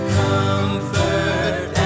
comfort